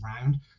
round